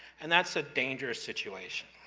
and that's a dangerous situation.